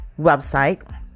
website